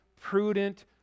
prudent